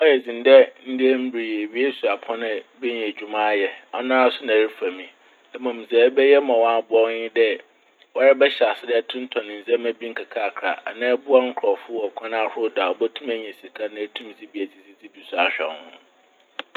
Ɔyɛ dzen dɛ ndɛ mber yi ewie suapɔn a ebenya edwuma ayɛ. Ɔno ara so na ɛrefa mu yi. Na mbom dza ebɛyɛ ma ɔaboa wo nye dɛ woara bɛhyɛ ase dɛ ɛrotonton ndzɛmba bi nkakrankra. Anaa ɛboa nkorɔfo wɔ kwan ahorow do a botum enya sika na etum dze bi edzidzi na edze bi so ahwɛ wo ho.